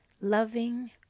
loving